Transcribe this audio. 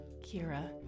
Kira